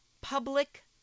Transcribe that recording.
public